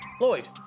Lloyd